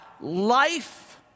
life